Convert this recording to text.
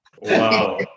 Wow